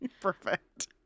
Perfect